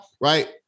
right